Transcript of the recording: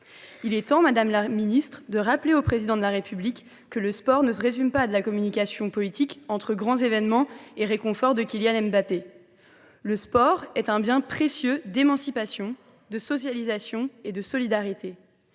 Il est temps, madame la ministre, de rappeler au Président de la République que le sport ne se résume pas à de la communication politique, entre grands événements et réconfort de Kylian Mbappé. Le sport est un bien précieux d’émancipation, de socialisation et de solidarité.